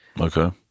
okay